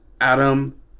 Adam